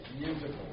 Musical